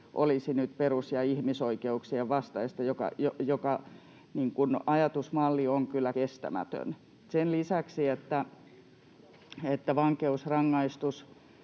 olisi perus‑ ja ihmisoikeuksien vastaista, joka ajatusmalli on kyllä kestämätön. Sen lisäksi, että vankeusrangaistus